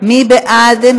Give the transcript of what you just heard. מי בעד?